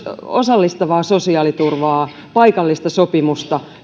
osallistavaa sosiaaliturvaa paikallista sopimusta